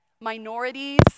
Minorities